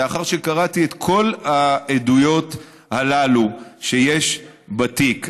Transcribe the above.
לאחר שקראתי את כל העדויות הללו שיש בתיק,